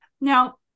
Now